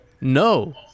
no